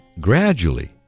gradually